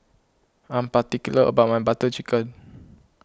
I am particular about my Butter Chicken